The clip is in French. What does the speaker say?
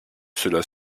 cela